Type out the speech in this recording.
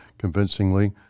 convincingly